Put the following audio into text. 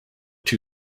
two